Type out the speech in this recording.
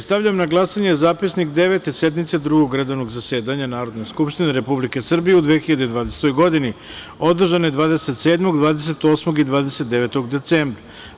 Stavljam na glasanje Zapisnik Devete sednice Drugog redovnog zasedanja Narodne skupštine Republike Srbije u 2020. godini, održane 27, 28. i 29. decembra.